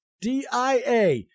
DIA